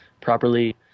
properly